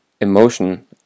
emotion